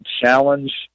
challenge